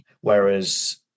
whereas